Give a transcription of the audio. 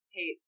Hey